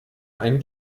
ein